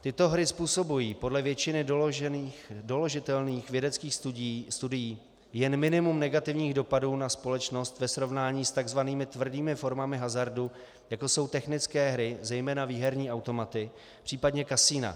Tyto hry způsobují podle většiny doložitelných vědeckých studií jen minimum negativních dopadů na společnost ve srovnání s takzvanými tvrdými formami hazardu, jako jsou technické hry, zejména výherní automaty, případně kasina.